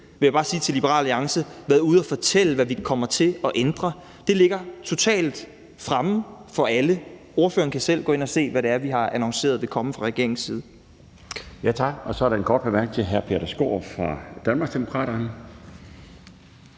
vi for lang tid siden har været ude at fortælle, hvad vi kommer til at ændre. Det ligger totalt fremme for alle. Ordføreren kan selv gå ind og se, hvad det er, vi har annonceret vil komme fra regeringens side. Kl. 12:14 Den fg. formand (Bjarne Laustsen): Tak. Så er der en kort bemærkning til hr. Peter Skaarup fra Danmarksdemokraterne.